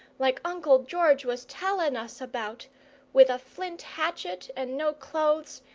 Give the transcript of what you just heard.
like uncle george was tellin' us about with a flint hatchet and no clothes,